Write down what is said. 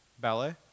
Ballet